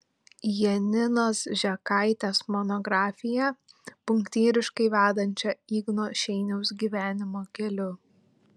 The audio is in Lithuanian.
janinos žekaitės monografiją punktyriškai vedančią igno šeiniaus gyvenimo keliu